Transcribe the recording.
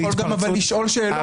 -- אבל אני גם יכול לשאול שאלות הבהרה.